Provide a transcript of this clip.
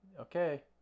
okay